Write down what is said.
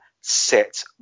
set